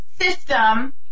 system